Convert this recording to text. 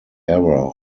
error